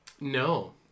No